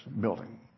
building